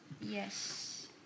Yes